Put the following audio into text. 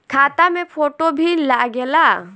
खाता मे फोटो भी लागे ला?